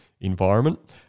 environment